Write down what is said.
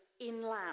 inland